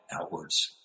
outwards